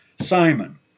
Simon